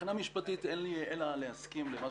מבחינה משפטית אין לי אלא להסכים למה